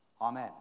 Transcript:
Amen